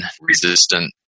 resistant